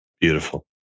Beautiful